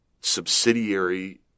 subsidiary